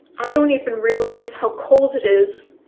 i don't even realize how cold it is,